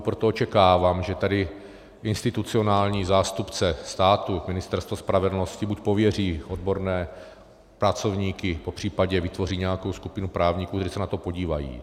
Proto očekávám, že tady institucionální zástupce státu, Ministerstvo spravedlnosti, buď pověří odborné pracovníky, popřípadě vytvoří nějakou skupinu právníků, kteří se na to podívají.